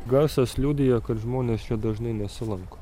garsas liudijo kad žmonės čia dažnai nesilanko